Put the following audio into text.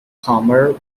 palmer